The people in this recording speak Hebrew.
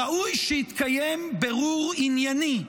ראוי שיתקיים בירור ענייני,